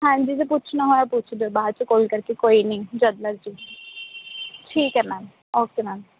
ਹਾਂਜੀ ਜੇ ਪੁੱਛਣਾ ਹੋਇਆ ਪੁੱਛ ਲਿਓ ਬਾਅਦ 'ਚ ਕੌਲ ਕਰਕੇ ਕੋਈ ਨਹੀਂ ਜਦ ਮਰਜ਼ੀ ਠੀਕ ਹੈ ਮੈਮ ਓਕੇ ਮੈਮ